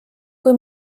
kui